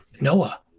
Noah